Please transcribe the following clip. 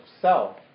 self